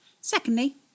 Secondly